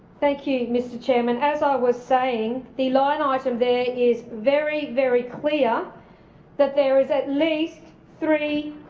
thank you, mr chairman. as i was saying, the line item there is very, very clear that there is at least three